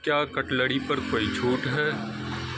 کیا کٹلڑی پر کوئی چھوٹ ہے